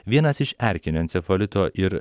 vienas iš erkinio encefalito ir